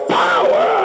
power